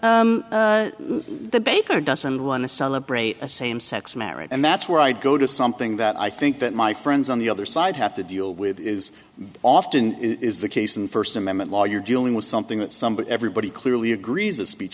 sure the baker doesn't want to celebrate a same sex marriage and that's where i'd go to something that i think that my friends on the other side have to deal with is often is the case and first amendment law you're dealing with something that somebody everybody clearly agrees that speech